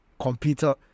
computer